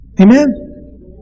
Amen